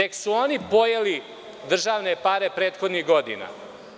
Tek su oni pojeli državne pare prethodnih godina.